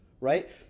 right